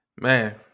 man